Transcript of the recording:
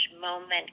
moment